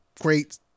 great